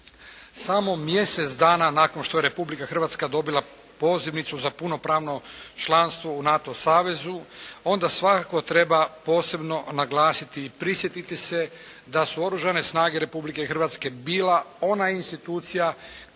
samo mjesec dana nakon što je Republika Hrvatska dobila pozivnicu za punopravno članstvo u NATO savezu, onda svakako treba posebno naglasiti i prisjetiti se da su Oružane snage Republike Hrvatske bila ona institucija